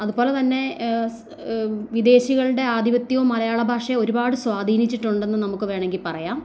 അതുപോലെ തന്നെ സ് വിദേശികളുടെ ആധിപത്യവും മലയാള ഭാഷയെ ഒരുപാട് സ്വാധീനിച്ചിട്ടുണ്ടെന്ന് നമുക്ക് വേണമെങ്കിൽ പറയാം